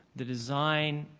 the design,